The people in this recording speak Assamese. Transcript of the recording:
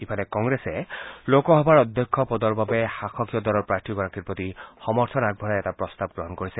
ইফালে কংগ্ৰেছে লোকসভাৰ অধ্যক্ষ পদৰ বাবে শাসকীয় দলৰ প্ৰাৰ্থীগৰাকীৰ প্ৰতি সমৰ্থন আগবঢ়ায় এটা প্ৰস্তাৱ গ্ৰহণ কৰিছে